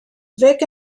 vic